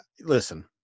listen